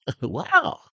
Wow